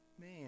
man